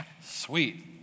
Sweet